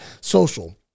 social